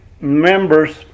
members